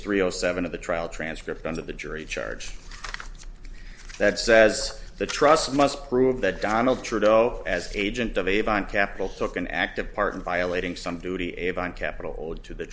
three zero seven of the trial transcript of the jury charge that says the trusts must prove that donald trudeau as agent of avon capital soak an active part in violating some duty able and capital to the